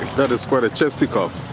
that is quite a chesty cough!